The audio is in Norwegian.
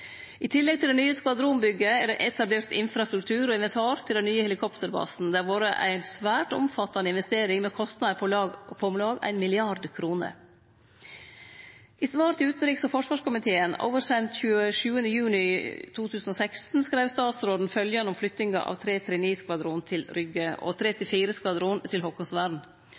I tillegg til det nye skvadronbygget er det etablert infrastruktur og inventar til den nye helikopterbasen. Det har vore ei svært omfattande investering, med kostnader på om lag 1 mrd. kr. I svaret til utanriks- og forsvarskomiteen sendt 27. juni 2016 skreiv statsråden følgjande om flyttinga av 339-skvadronen til Rygge og 334-skvadronen til